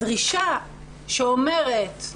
הדרישה שאומרת,